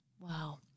Wow